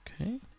okay